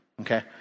okay